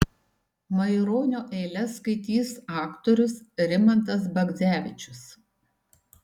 maironio eiles skaitys aktorius rimantas bagdzevičius